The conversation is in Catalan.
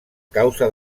causa